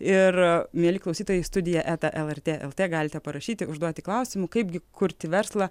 ir mieli klausytojai studija eta lrt lt galite parašyti užduoti klausimų kaip kurti verslą